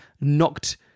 knocked